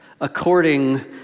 according